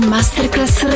Masterclass